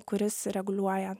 kuris reguliuoja